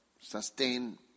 sustain